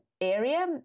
area